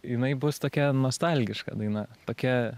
jinai bus tokia nostalgiška daina tokia